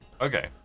Okay